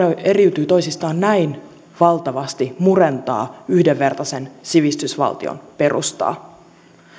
eriytyvät toisistaan näin valtavasti murentaa yhdenvertaisen sivistysvaltion perustaa